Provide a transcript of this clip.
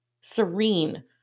serene